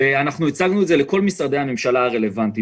אנחנו הצגנו אותה לכל משרדי הממשלה הרלוונטיים.